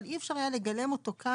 אבל אי אפשר היה לגלם אותו כאן,